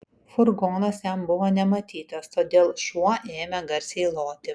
furgonas jam buvo nematytas todėl šuo ėmė garsiai loti